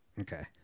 Okay